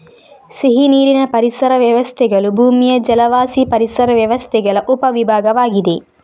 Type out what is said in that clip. ಸಿಹಿನೀರಿನ ಪರಿಸರ ವ್ಯವಸ್ಥೆಗಳು ಭೂಮಿಯ ಜಲವಾಸಿ ಪರಿಸರ ವ್ಯವಸ್ಥೆಗಳ ಉಪ ವಿಭಾಗವಾಗಿದೆ